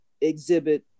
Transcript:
exhibit